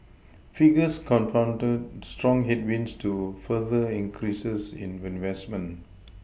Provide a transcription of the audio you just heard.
figures confounded strong headwinds to further increases in investment